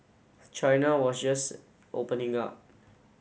China was just opening up